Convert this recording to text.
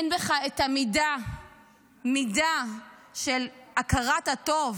אין בך את המידה של הכרת הטוב